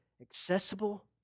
accessible